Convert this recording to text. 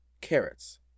carrots